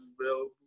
available